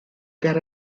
ger